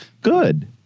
good